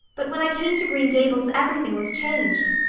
but when i came to green gables everything was changed.